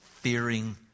fearing